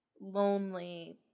lonely